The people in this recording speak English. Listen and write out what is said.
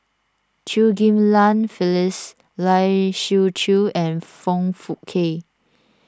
Chew Ghim Lian Phyllis Lai Siu Chiu and Foong Fook Kay